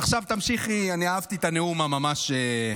עכשיו תמשיכי, אהבתי את הנאום האסרטיבי, ממש.